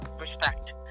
respect